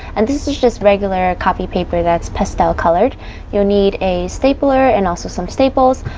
and this is just regular copy paper that's pastel colored you need a stapler and also some staples,